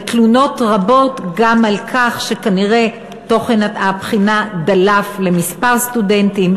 ותלונות רבות גם על כך שכנראה תוכן הבחינה דלף לכמה סטודנטים.